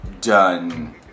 done